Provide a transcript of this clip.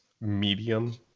Medium